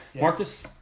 Marcus